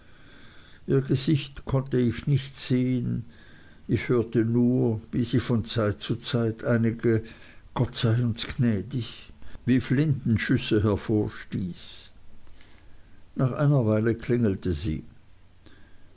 gesicht konnte ich nicht sehen ich hörte nur wie sie von zeit zu zeit einige gott sei uns gnädig wie flintenschüsse hervorstieß nach einer weile klingelte sie